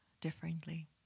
differently